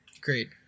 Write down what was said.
Great